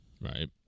Right